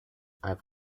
i’ve